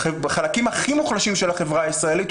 בחלקים הכי מוחלשים של החברה הישראלית.